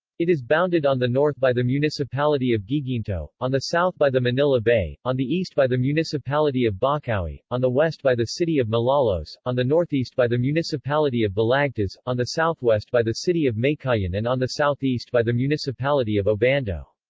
it is bounded on the north by the municipality of guiguinto, on the south by the manila bay, on the east by the municipality of bocaue, on the west by the city of malolos, on the northeast by the municipality of balagtas, on the southwest by the city of meycauayan and on the southeast by the municipality of obando.